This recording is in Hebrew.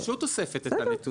אבל הרשות אוספת את הנתונים.